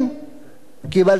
קיבלתם יותר.